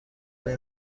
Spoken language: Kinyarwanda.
ari